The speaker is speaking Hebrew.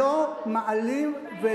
אלו חוקים שלא מעלים ולא,